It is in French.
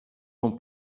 sont